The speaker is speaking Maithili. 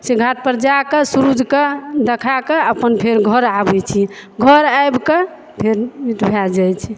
से घाट पर जाके सूरजके देखा के अपन फेर घर आबै छियै घर आबिके फेन भए जाइ छै